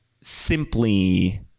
simply